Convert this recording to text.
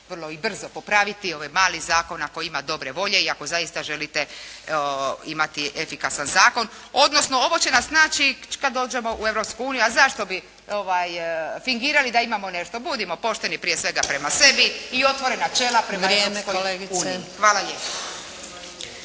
vrlo i brzo popraviti. Ovo je mali zakon. Ako ima dobre volje i ako zaista želite imati efikasan zakon, odnosno ovo će nas naći kad dođemo u Europsku uniju. A zašto bi fingirali da imamo nešto. Budimo pošteni prije svega prema sebi i otvorena čela … …/Upadica